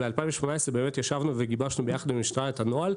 וב-2018 ישבנו וגיבשנו ביחד עם משטרה את הנוהל,